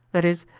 that is,